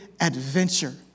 adventure